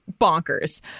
bonkers